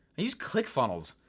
and use click funnels.